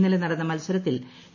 ഇന്നലെ നടന്ന മത്സരത്തിൽ എ